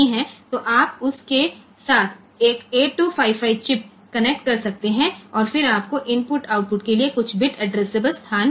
तो आप उस के साथ एक 8255 चिप कनेक्ट कर सकते हैं और फिर आपको इनपुटआउटपुटके लिए कुछ बिट एड्रेससाबले स्थान मिलेंगे